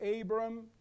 Abram